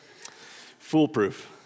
Foolproof